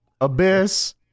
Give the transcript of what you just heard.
Abyss